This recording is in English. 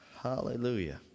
Hallelujah